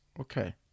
Okay